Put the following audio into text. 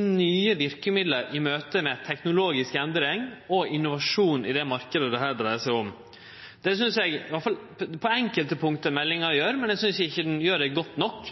nye verkemiddel i møte med teknologisk endring og innovasjon i den marknaden som det her dreiar seg om. Det synest eg meldinga gjer, i alle fall på enkelte punkt, men eg synest ikkje ho gjer det godt nok.